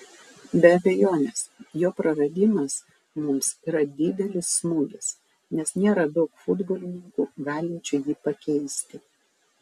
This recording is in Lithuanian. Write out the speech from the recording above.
be abejonės jo praradimas mums yra didelis smūgis nes nėra daug futbolininkų galinčių jį pakeisti